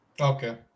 okay